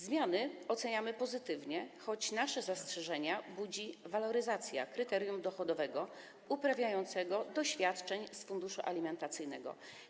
Zmiany oceniamy pozytywnie, choć nasze zastrzeżenia budzi waloryzacja kryterium dochodowego, uprawniającego do świadczeń z funduszu alimentacyjnego.